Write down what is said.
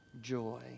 joy